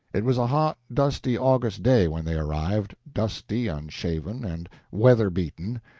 it was a hot dusty, august day when they arrived, dusty, unshaven, and weather-beaten,